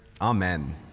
amen